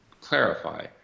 clarify